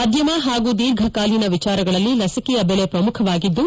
ಮಧ್ಯಮ ಹಾಗೂ ದೀರ್ಘಕಾಲಿನ ವಿಚಾರಗಳಲ್ಲಿ ಲಸಿಕೆಯ ಬೆಲೆ ಪ್ರಮುಖವಾಗಿದ್ದು